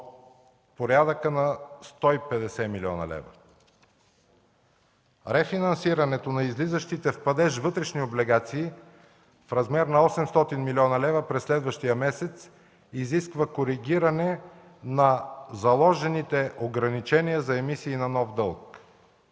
порядъка на 150 млн. лв. Рефинансирането на излизащите в падеж вътрешни облигации в размер на 800 млн. лв. през следващия месец изисква коригиране на заложените ограничения за емисии на нов дълг.